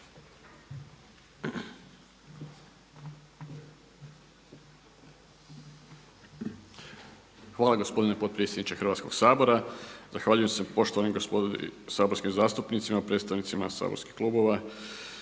Hvala gospodine potpredsjedniče Hrvatskoga sabora. Zahvaljujem se poštovanoj gospodi saborskim zastupnicima, predstavnicima saborskih klubova